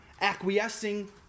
acquiescing